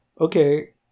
okay